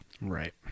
Right